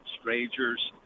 strangers